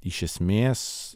iš esmės